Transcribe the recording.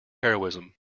heroism